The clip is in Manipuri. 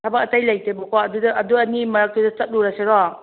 ꯊꯕꯛ ꯑꯇꯩ ꯂꯩꯇꯦꯕꯀꯣ ꯑꯗꯨꯗ ꯑꯗꯨ ꯑꯅꯤ ꯃꯔꯛꯇꯨꯗ ꯆꯠꯂꯨꯔꯁꯤꯔꯣ